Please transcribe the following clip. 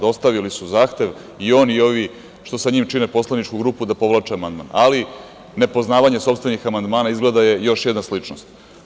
Dostavili su zahtev i on i ovi šta sa njim čine poslaničku grupu da povlače amandman, ali ne poznavanje sopstvenih amandmana izgleda je još jedna sličnost.